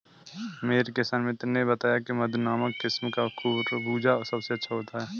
मेरे किसान मित्र ने बताया की मधु नामक किस्म का खरबूजा सबसे अच्छा होता है